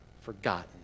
forgotten